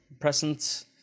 present